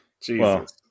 Jesus